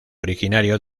originario